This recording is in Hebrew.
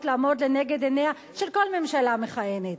לעמוד לנגד עיניה של כל ממשלה מכהנת,